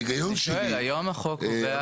בהיגיון שלי, אלון.